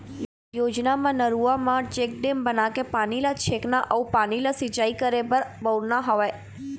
योजना म नरूवा म चेकडेम बनाके पानी ल छेकना अउ पानी ल सिंचाई करे बर बउरना हवय